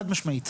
חד משמעית.